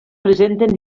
presenten